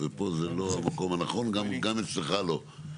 ופה זה לא המקום הנכון גם אצלך לא,